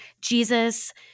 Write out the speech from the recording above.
Jesus